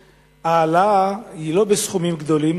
ההעלאה היא לא בסכומים גדולים,